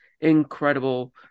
incredible